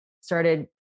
started